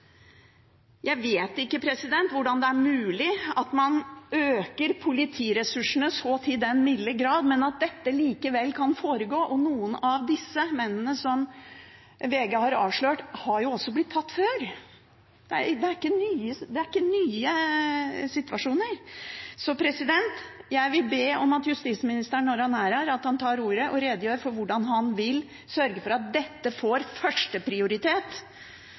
Jeg vet ikke hvordan det er mulig at man øker politiressursene så til den milde grad, men at dette likevel kan foregå. Noen av disse mennene som VG har avslørt, har jo også blitt tatt før. Det er ikke nye situasjoner. Jeg vil be om at justisministeren når han er her, tar ordet og redegjør for hvordan han vil sørge for at dette får